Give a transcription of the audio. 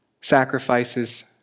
sacrifices